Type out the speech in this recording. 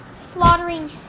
slaughtering